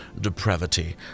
depravity